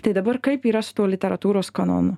tai dabar kaip yra su tuo literatūros kanonu